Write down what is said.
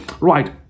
Right